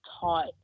taught